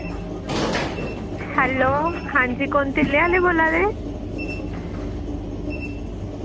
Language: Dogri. हैलो हां जी कुन्न तिल्ले आह्ले बोला दे